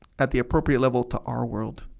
at the appropriate level to our world